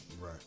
Right